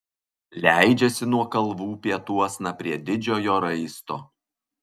leidžiasi nuo kalvų pietuosna prie didžiojo raisto